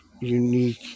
unique